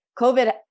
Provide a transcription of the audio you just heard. COVID